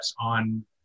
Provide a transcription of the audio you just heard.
on